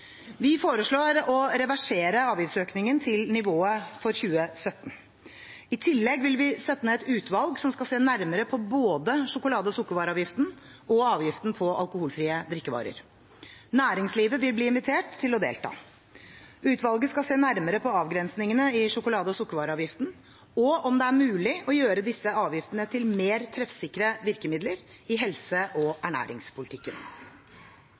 Vi foreslår å reversere avgiftsøkningen til nivået i 2017. I tillegg vil vi sette ned et utvalg som skal se nærmere på både sjokolade- og sukkervareavgiften og avgiften på alkoholfrie drikkevarer. Næringslivet vil bli invitert til å delta. Utvalget skal se nærmere på avgrensningene i sjokolade- og sukkervareavgiften, og om det er mulig å gjøre disse avgiftene til mer treffsikre virkemidler i helse- og ernæringspolitikken.